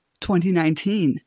2019